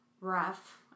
rough